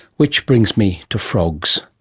which brings me to frogs,